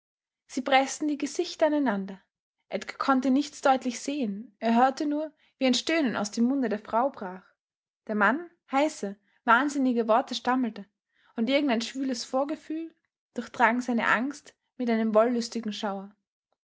sie preßten die gesichter aneinander edgar konnte nichts deutlich sehen er hörte nur wie ein stöhnen aus dem munde der frau brach der mann heiße wahnsinnige worte stammelte und irgendein schwüles vorgefühl durchdrang seine angst mit einem wollüstigen schauer